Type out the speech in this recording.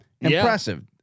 Impressive